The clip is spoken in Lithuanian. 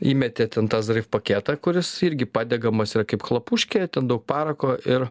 įmetė ten tą zaryv paketą kuris irgi padegamas yra kaip klapūškė ten daug parako ir